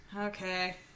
Okay